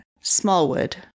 Smallwood